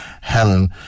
Helen